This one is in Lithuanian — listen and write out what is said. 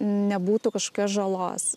nebūtų kažkokios žalos